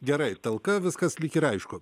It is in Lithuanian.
gerai talka viskas lyg ir aišku